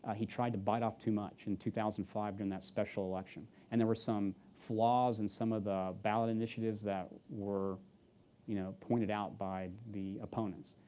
ah he tried to bite off too much in two thousand and five during that special election. and there were some flaws in some of the ballot initiatives that were you know pointed out by the opponents.